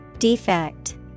Defect